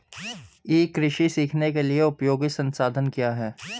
ई कृषि सीखने के लिए उपयोगी संसाधन क्या हैं?